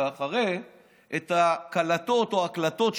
כי הרי את הקָלטות או ההקלטות,